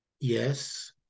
Yes